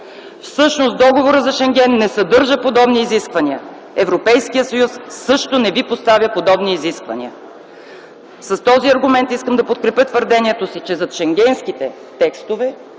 Всъщност Договорът за Шенген не съдържа подобни изисквания. Европейският съюз също не ви поставя подобни изисквания.” С този аргумент искам да подкрепя твърдението си, че зад шенгенските текстове